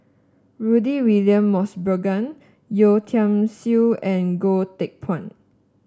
Rudy William Mosbergen Yeo Tiam Siew and Goh Teck Phuan